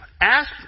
Ask